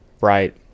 right